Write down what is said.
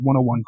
101